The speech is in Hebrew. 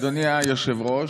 אדוני היושב-ראש,